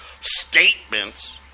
statements